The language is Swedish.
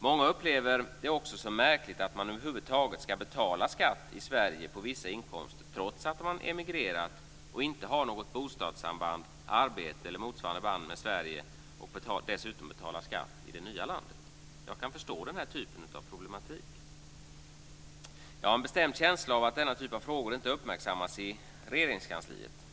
Många upplever det som märkligt att man över huvud taget ska betala skatt i Sverige på vissa inkomster trots att de har emigrerat och inte har något bostadssamband, arbete eller motsvarande band med Sverige och dessutom betalar skatt i det nya landet. Jag kan förstå den typen av problematik. Jag har en bestämd känsla av att den här typen av frågor inte uppmärksammats i Regeringskansliet.